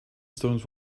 stones